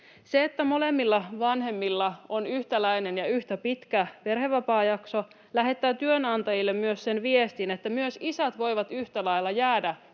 Se, että molemmilla vanhemmilla on yhtäläinen ja yhtä pitkä perhevapaajakso, lähettää työnantajille sen viestin, että myös isät voivat yhtä lailla jäädä